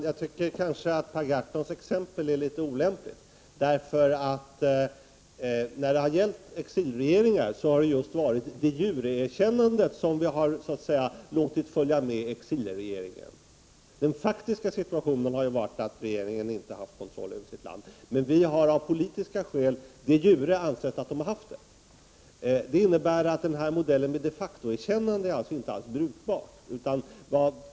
Herr talman! Jag tycker att Per Gahrtons exempel är litet olämpligt. När det har gällt exilregeringar har det just varit ett de jure-erkännande som vi så att säga har låtit följa med exilregeringen. Den faktiska situationen har varit att regeringen inte haft kontroll över sitt land. Men vi har, av politiska skäl, de jure ansett att den har haft det. Detta innebär att modellen med de facto-erkännande inte alls är brukbar.